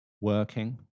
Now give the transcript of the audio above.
working